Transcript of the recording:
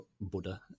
Buddha